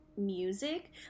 music